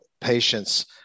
patients